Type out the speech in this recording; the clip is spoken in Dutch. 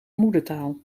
moedertaal